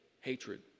hatred